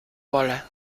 wolle